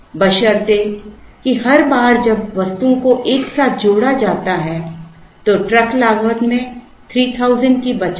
बशर्ते कि हर बार जब वस्तुओं को एक साथ जोड़ा जाता है तो ट्रक लागत में 3000 की बचत हो